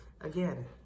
Again